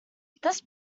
this